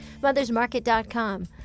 mothersmarket.com